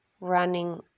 running